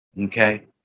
Okay